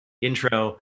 intro